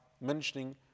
mentioning